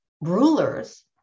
rulers